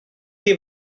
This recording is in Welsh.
chi